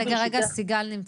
רגע, סיגל נמצאת.